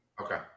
Okay